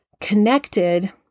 connected